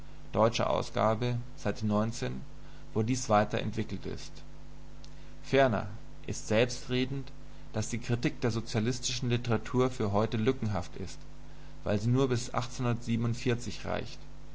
dies weiter entwickelt ist ferner ist selbstredend daß die kritik der sozialistischen literatur für heute lückenhaft ist weil sie nur bis reicht